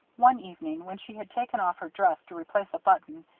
one evening, when she had taken off her dress to replace a button,